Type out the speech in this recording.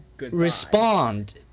respond